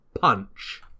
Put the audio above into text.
punch